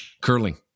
curling